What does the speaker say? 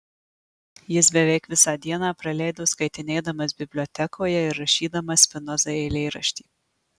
jis beveik visą dieną praleido skaitinėdamas bibliotekoje ir rašydamas spinozai eilėraštį